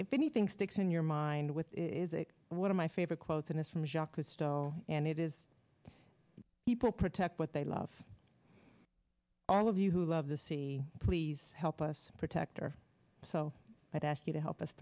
f anything sticks in your mind with is it one of my favorite quotes in this from jacques cousteau and it is people protect what they love all of you who love the sea please help us protect our so i'd ask you to help us